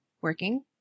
working